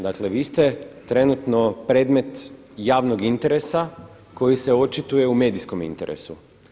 Dakle, vi ste trenutno predmet javnog interesa koji se očituje u medijskom interesu.